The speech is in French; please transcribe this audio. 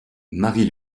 marie